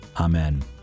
amen